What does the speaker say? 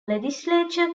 legislature